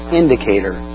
indicator